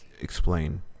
explain